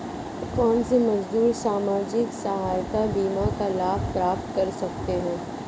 कौनसे मजदूर सामाजिक सहायता बीमा का लाभ प्राप्त कर सकते हैं?